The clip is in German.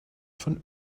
von